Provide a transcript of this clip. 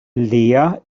lea